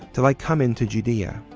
till i come into judea